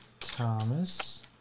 Thomas